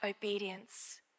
obedience